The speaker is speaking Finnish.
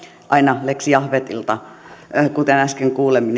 aina lex jahvetista asti kuten äsken kuulimme